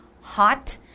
hot